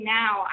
now